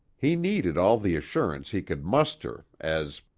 he needed all the assurance he could muster as,